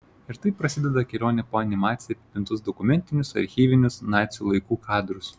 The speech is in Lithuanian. ir taip prasideda kelionė po animacija apipintus dokumentinius archyvinius nacių laikų kadrus